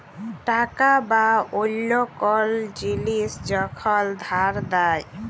টাকা বা অল্য কল জিলিস যখল ধার দেয়